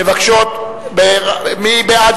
מי שבעד,